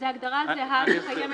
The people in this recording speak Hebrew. זו הגדרה זהה שקיימת.